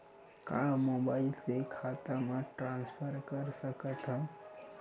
का मोबाइल से खाता म ट्रान्सफर कर सकथव?